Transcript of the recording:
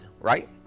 Right